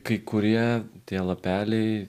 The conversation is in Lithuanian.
kai kurie tie lapeliai